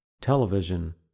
Television